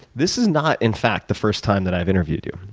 this is not, in fact, the first time that i've interviewed you.